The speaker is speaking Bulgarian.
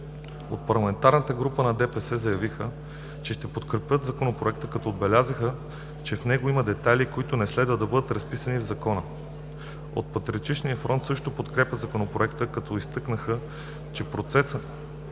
От парламентарната група на ДПС заявиха, че ще подкрепят Законопроекта, като отбелязаха, че в него има детайли, които не следва да бъдат разписвани в закона. От „Патриотичния фронт“ също подкрепиха Законопроекта, като изтъкнаха, че процентът